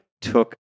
took